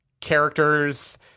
characters—